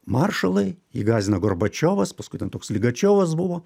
maršalai jį gąsdina gorbačiovas paskui ten toks ligačiovas buvo